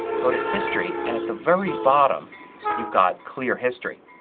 go to history and at the very bottom you've got clear history.